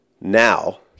now